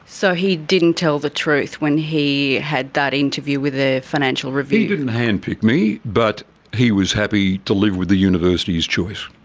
so he didn't tell the truth when he had that interview with the financial review? he didn't handpick me but he was happy to live with the university's choice.